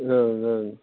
ओं ओं